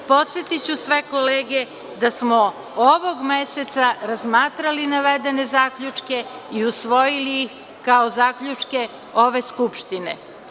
Podsetiću sve kolege da smo ovog meseca razmatrali navedene zaključke i usvojili kao zaključke ove Skupštine.